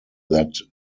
that